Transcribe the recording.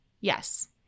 Yes